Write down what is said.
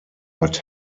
but